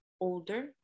older